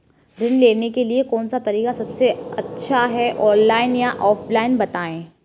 ऋण लेने के लिए कौन सा तरीका सबसे अच्छा है ऑनलाइन या ऑफलाइन बताएँ?